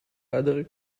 other